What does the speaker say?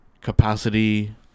capacity